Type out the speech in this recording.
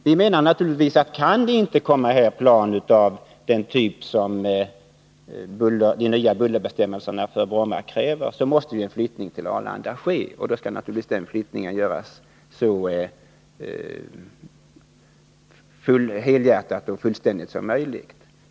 Vi menar att kan man inte flyga med plan av den typ som de nya bullerbestämmelserna för Bromma kräver, måste en flyttning till Arlanda ske, och då skall naturligtvis den flyttningen göras så helhjärtat och fullständigt som möjligt.